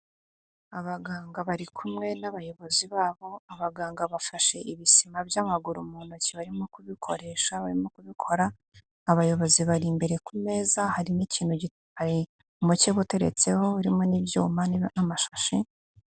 Abaganga bari kumwe n'abayobozi babo, abaganga bafashe ibisima by'amaguru mu ntoki barimo kubikoresha, barimo kubikora, abayobozi bari imbere ku meza, hari n'ikintu, hari umukebe uteretseho, urimo n'ibyuma n'amashashi.